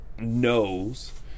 Knows